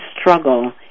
struggle